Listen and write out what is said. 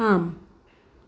आम्